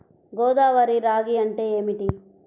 గోదావరి రాగి అంటే ఏమిటి?